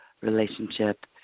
relationship